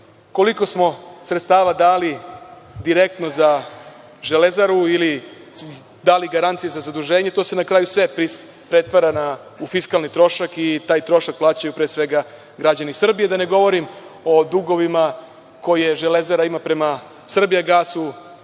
koliko smo sredstava dali direktno za „Železaru“ ili dali garancije za zaduženje, to se na kraju sve pretvara u fiskalni trošak i taj trošak plaćaju pre svega građani Srbije, da ne govorim o dugovima koje „Železara“ ima prema „Srbijagasu“,